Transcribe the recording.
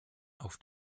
auf